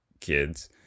kids